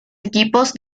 equipos